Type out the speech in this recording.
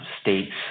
States